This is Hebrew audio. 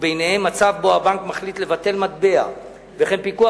וביניהם מצב שבו הבנק מחליט לבטל מטבע וכן פיקוח